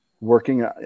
working